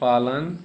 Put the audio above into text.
पालन